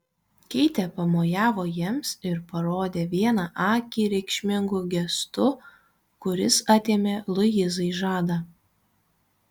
keitė pamojavo jiems ir parodė vieną akį reikšmingu gestu kuris atėmė luizai žadą